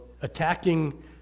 attacking